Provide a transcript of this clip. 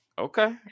Okay